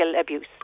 abuse